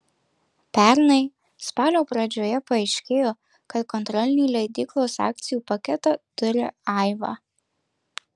pernai spalio pradžioje paaiškėjo kad kontrolinį leidyklos akcijų paketą turi aiva